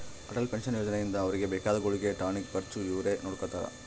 Atal pension ಯೋಜನೆ ಇಂದ ಅವ್ರಿಗೆ ಬೇಕಾದ ಗುಳ್ಗೆ ಟಾನಿಕ್ ಖರ್ಚು ಅವ್ರೆ ನೊಡ್ಕೊತಾರ